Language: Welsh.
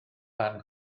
barn